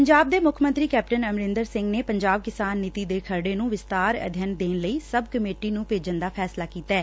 ਪੰਜਾਬ ਦੇ ਮੁੱਖ ਮੰਤਰੀ ਕੈਪਟਨ ਅਮਰਿੰਦਰ ਸਿੰਘ ਨੇ ਪੰਜਾਬ ਕਿਸਾਨ ਨੀਤੀ ਦੇ ਖਰੜੇ ਨੂੰ ਵਿਸਬਾਰ ਅਧਿਐਨ ਦੇਣ ਲਈ ਸਭ ਕਮੇਟੀ ਨੂੰ ਭੇਜਣ ਦਾ ਫੈਸਲਾ ਕੀਤੈ